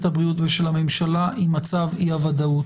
הבריאות ושל הממשלה עם מצב אי הוודאות.